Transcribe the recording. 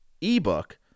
ebook